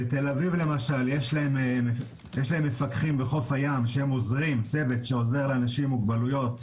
בתל אביב למשל יש צוות מפקחים שעוזר לאנשים עם מוגבלויות.